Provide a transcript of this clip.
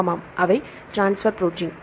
ஆமாம் அவை transfer protein